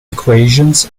equations